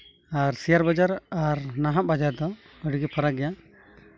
ᱟᱨ share ᱵᱟᱡᱟᱨ ᱟᱨ ᱱᱟᱦᱟᱜ ᱵᱟᱡᱟᱨ ᱫᱚ ᱟᱹᱰᱤ ᱜᱮ ᱯᱷᱟᱨᱟᱠ ᱜᱮᱭᱟ